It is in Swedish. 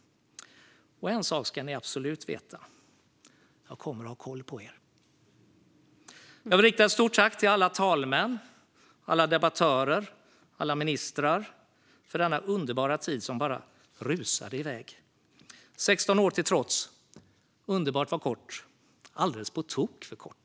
Och en sak ska ni absolut veta: Jag kommer att ha koll på er! Jag vill rikta ett stort tack till alla talmän, alla debattörer och alla ministrar för denna underbara tid som bara rusade i väg. 16 år till trots: Underbart var kort - alldeles på tok för kort.